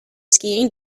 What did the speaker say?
skiing